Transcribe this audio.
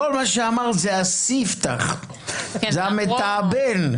כל מה שאמרת זה הספתח, זה המתאבן.